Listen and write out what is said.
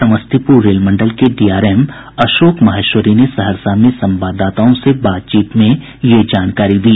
समस्तीपुर रेल मंडल के डीआरएम अशोक माहेश्वरी ने सहरसा में संवाददाताओं से बातचीत में यह जानकारी दी